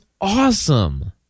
awesome